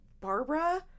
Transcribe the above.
Barbara